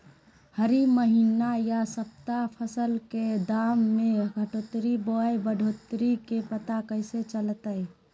हरी महीना यह सप्ताह फसल के दाम में घटोतरी बोया बढ़ोतरी के पता कैसे चलतय?